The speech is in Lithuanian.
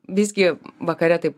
visgi vakare taip